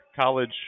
college